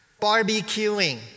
barbecuing